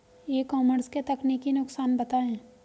ई commerce के तकनीकी नुकसान बताएं?